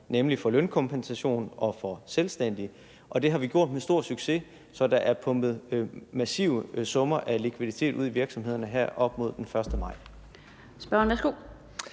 nemlig for lønkompensation og for selvstændige. Det har vi gjort med stor succes, så der er pumpet massive summer af likviditet ud i virksomhederne her op mod den 1. maj.